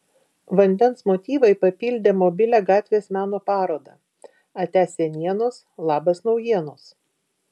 vandens motyvai papildė mobilią gatvės meno parodą atia senienos labas naujienos